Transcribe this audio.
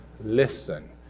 listen